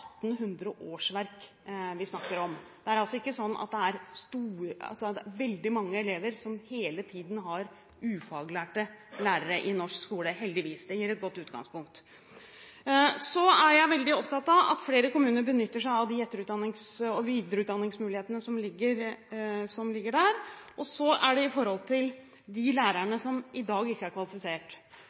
det er veldig mange elever som hele tiden har ufaglærte lærere i norsk skole – heldigvis. Det gir et godt utgangspunkt. Jeg er veldig opptatt av at flere kommuner benytter seg av de etter- og videreutdanningsmulighetene som ligger der. Så er det for de lærerne som i dag ikke er kvalifisert: